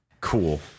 Cool